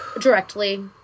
directly